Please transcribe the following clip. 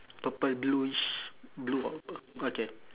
purple blueish blue or purple okay